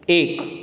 एक